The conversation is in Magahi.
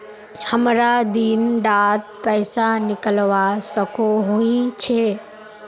हमरा दिन डात पैसा निकलवा सकोही छै?